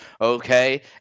Okay